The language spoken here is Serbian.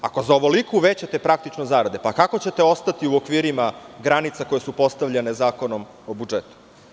Ako za ovoliko uvećate zarade, kako ćete ostati u okvirima granica koje su postavljene Zakonom o budžetu?